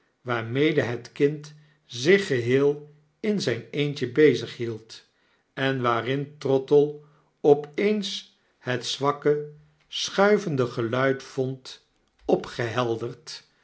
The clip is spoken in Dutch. waarmede het kind zich geheel in zijn eentje bezighield en waarin trottle op eens het zwakke schuivende geluid vond